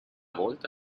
volta